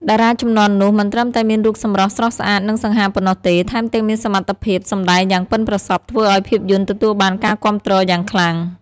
តារាជំនាន់នោះមិនត្រឹមតែមានរូបសម្រស់ស្រស់ស្អាត និងសង្ហាប៉ុណ្ណោះទេ ថែមទាំងមានសមត្ថភាពសម្ដែងយ៉ាងប៉ិនប្រសប់ធ្វើឱ្យភាពយន្តទទួលបានការគាំទ្រយ៉ាងខ្លាំង។